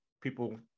people